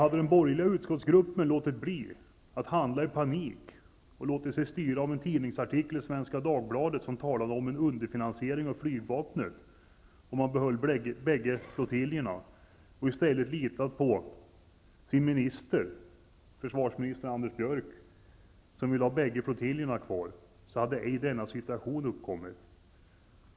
Om den borgerliga utskottsgruppen hade låtit bli att låta sig styras av en tidningsartikel i Svenska Dagbladet -- vilken talade om en underfinansiering av flygvapnet, om man behöll bägge flottiljerna -- och i stället litat på sin försvarsminister, Anders Björck, som ville ha kvar bägge flottiljerna, hade ej denna situation uppkommit.